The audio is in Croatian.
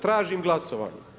Tražim glasovanje.